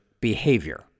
Behavior